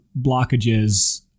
blockages